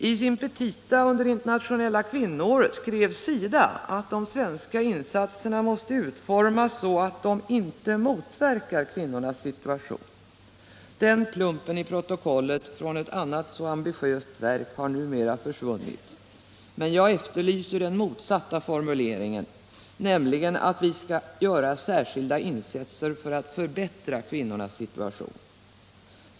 I sina petita under internationella kvinnoåret skrev SIDA att de svenska insatserna måste utformas så att de inte motverkar kvinnornas situation! Den plumpen i protokollet — från ett annars så ambitiöst verk — har numera försvunnit, men jag efterlyser den motsatta formuleringen, nämligen att vi skall göra särskilda insatser för att förbättra kvinnornas situation.